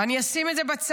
אני אשים את זה בצד.